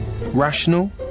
Rational